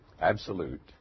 absolute